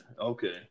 Okay